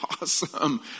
awesome